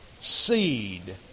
seed